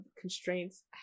constraints